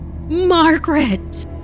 Margaret